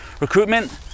Recruitment